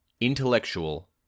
intellectual